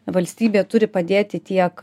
valstybė turi padėti tiek